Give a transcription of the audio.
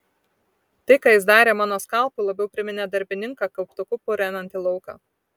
tai ką jis darė mano skalpui labiau priminė darbininką kauptuku purenantį lauką